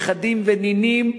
נכדים ונינים,